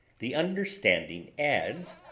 the understanding adds,